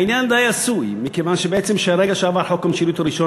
העניין די עשוי מכיוון שבעצם שברגע שעבר חוק המשילות הראשון,